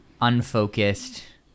unfocused